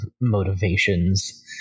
motivations